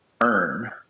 earn